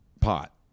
pot